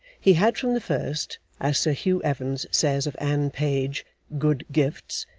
he had from the first, as sir hugh evans says of anne page, good gifts,